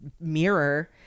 mirror